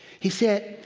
he said,